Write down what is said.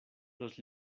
los